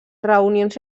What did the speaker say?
reunions